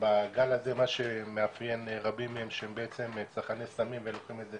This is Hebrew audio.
בגל הזה מה שמאפיין רבים מהם זה שהם בעצם צרכני סמים והם צורכים את זה